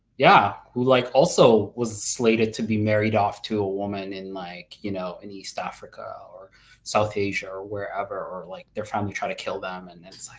yeah, like also was slated to be married off to a woman in like you know in east africa or south asia or wherever or like their family tried to kill them and it's like,